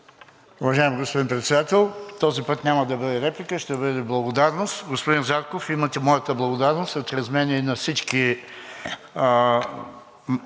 Уважаеми господин Председател, този път няма да бъде реплика, а ще бъде благодарност. Господин Зарков, имате моята благодарност, а чрез мен и на всички